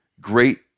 great